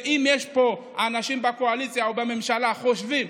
אם יש פה אנשים בקואליציה או בממשלה שחושבים,